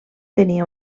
tenia